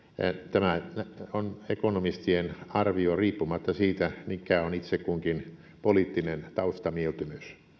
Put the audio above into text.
tämä on ekonomistien arvio riippumatta siitä mikä on itse kunkin poliittinen taustamieltymys